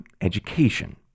education